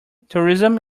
tourism